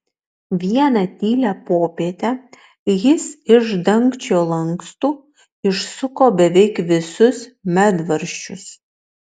vieną tylią popietę jis iš dangčio lankstų išsuko beveik visus medvaržčius